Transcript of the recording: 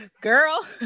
Girl